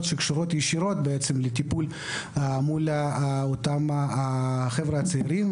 שקשורות ישירות לטיפול מול החבר'ה הצעירים,